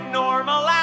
normal